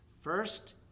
First